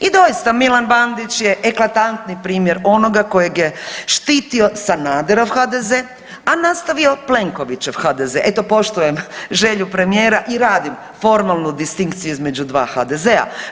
I doista Milan Bandić je eklatantni primjer onoga kojeg je štitio Sanaderov HDZ, a nastavio Plenkovićev HDZ, eto poštujem želju premijera i radim formalnu distinkciju između dva HDZ-a.